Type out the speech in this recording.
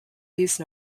these